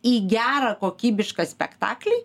į gerą kokybišką spektaklį